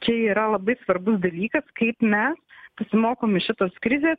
čia yra labai svarbus dalykas kaip mes pasimokom iš šitos krizės